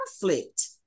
conflict